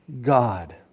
God